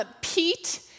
Pete